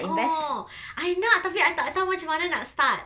orh I nak tapi I tak tahu macam mana nak start